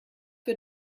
für